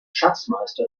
schatzmeister